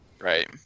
Right